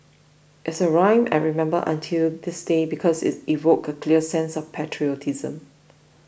it's a rhythm I remember until this day because it evoked a clear sense of patriotism